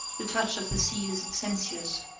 the touch of the sea is sensuous,